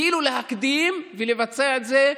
כאילו יש להקדים ולבצע את זה,